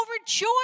overjoyed